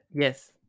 yes